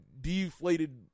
deflated